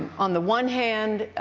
on the one hand,